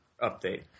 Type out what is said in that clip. update